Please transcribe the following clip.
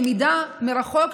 למידה מרחוק,